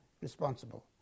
responsible